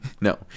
No